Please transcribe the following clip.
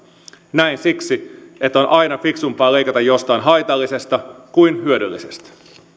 näin siksi että on aina fiksumpaa leikata jostain haitallisesta kuin hyödyllisestä